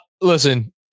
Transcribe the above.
Listen